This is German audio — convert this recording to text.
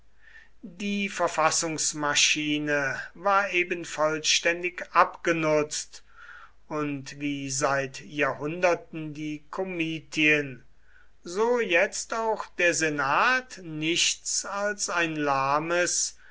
die verfassungsmaschine war eben vollständig abgenutzt und wie seit jahrhunderten die komitien so jetzt auch der senat nichts als ein lahmes